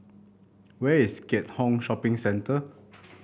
where is Keat Hong Shopping Centre